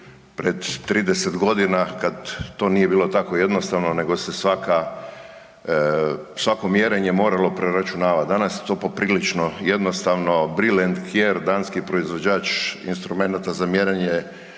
pred 30 godina kad to nije bilo tako jednostavno nego se svaka, svako mjerenje moralo preračunavati. Danas je to poprilično jednostavno Bruel & Kjaer danski proizvođač instrumenata za mjerenje